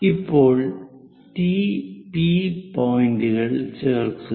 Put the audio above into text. ഇപ്പോൾ T P T P പോയിന്ററുകൾ ചേർക്കുക